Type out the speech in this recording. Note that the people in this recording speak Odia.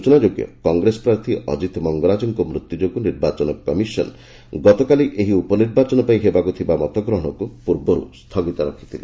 ସୂଚନାଯୋଗ୍ୟ କ ଗ୍ରେସ ପ୍ରାର୍ଥୀ ଅଜିତ ମଙ୍ଗରାଜଙ୍କ ମୃତ୍ଧୁ ଯୋଗୁଁ ନିର୍ବାଚନ କମିସନ ଗତକାଲି ଏହି ଉପନିର୍ବାଚନ ପାଇଁ ହେବାକୁ ଥିବା ମତଗ୍ରହଣକୁ ପୂର୍ବରୁ ସ୍ଥଗିତ ରଖିଥିଲେ